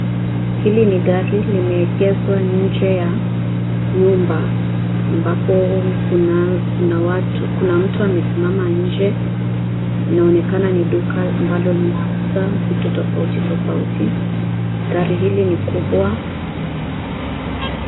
Hili ni gari limeegeshwa nje ya nyumba ambapo kuna mtu amesimama nje. Inaonekana ni duka ambalo linauza vitu tofauti tofauti. Gari hili ni kubwa.